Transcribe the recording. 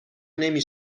نمی